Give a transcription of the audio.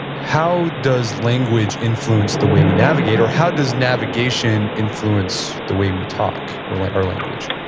how does language influence the way we navigate or how does navigation influence the way we talk or like or language?